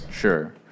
Sure